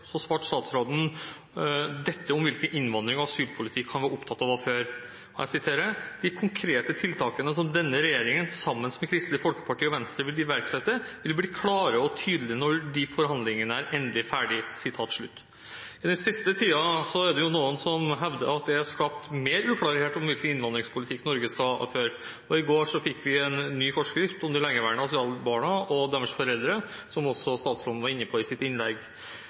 så kan jeg opplyse om at jeg er uenig i den vurderingen, men det får vi komme tilbake til. I et replikkordskifte i denne salen i fjor, ca. på denne tiden, svarte statsråden dette om hvilken innvandring- og asylpolitikk han var opptatt av å føre: «De konkrete tiltakene som denne regjeringen sammen med Kristelig Folkeparti og Venstre vil iverksette, vil bli klare og tydelige når de forhandlingene er endelig ferdig». Den siste tiden er det noen som hevder at det er skapt mer uklarhet om hvilken innvandringspolitikk Norge skal føre, og i går fikk vi en ny forskrift om de lengeværende asylbarna og deres